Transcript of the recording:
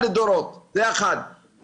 כן, בהחלט, זה יעזור ותכף נשמע גם את ראש העיר.